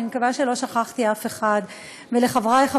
אני מקווה שלא שכחתי אף אחד,